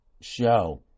show